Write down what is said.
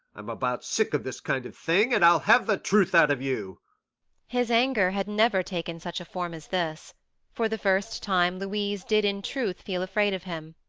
i'm about sick of this kind of thing, and i'll have the truth out of you his anger had never taken such a form as this for the first time louise did in truth feel afraid of him.